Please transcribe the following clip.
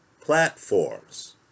platforms